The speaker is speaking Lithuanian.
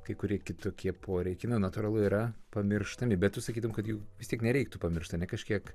kai kurie kitokie poreikiai na natūralu yra pamirštami bet tu sakytum kad jų vis tiek nereiktų pamiršt ar ne kažkiek